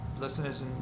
listeners